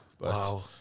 Wow